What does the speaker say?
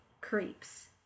creeps